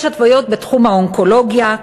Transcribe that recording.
יש התוויות בתחום האונקולוגיה,